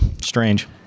Strange